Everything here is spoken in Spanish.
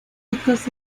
ricos